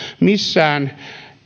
missään